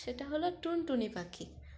সেটা হলো টুনটুনি পাখি